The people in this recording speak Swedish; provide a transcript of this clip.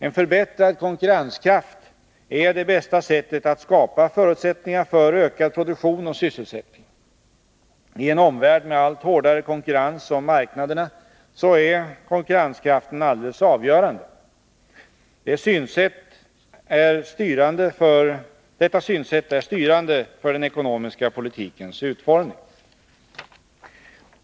En förbättrad konkurrenskraft är det bästa sättet att skapa förutsättningar för ökad produktion och sysselsättning. I en omvärld med allt hårdare tags investeringar utomlands konkurrens om marknaderna är konkurrenskraften alldeles avgörande. Detta synsätt är styrande för den ekonomiska politikens utformning.